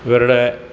ഇവരുടെ